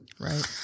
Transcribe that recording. Right